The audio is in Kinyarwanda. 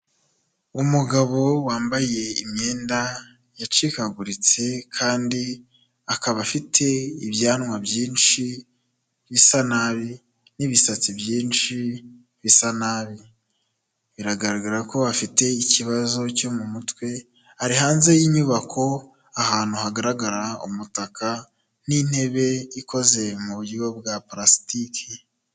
Umugabo wambaye imyenda yacikaguritse, kandi akaba afite ibyanwa byinshi bisa nabi n'ibisatsi byinshi bisa nabi, biragaragara ko afite ikibazo cyo mu mutwe, ari hanze y'inyubako, ahantu hagaragara umutaka n'intebe ikoze mu buryo bwa palasitike.